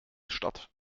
statt